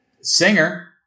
Singer